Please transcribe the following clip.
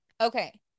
okay